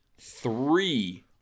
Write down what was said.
three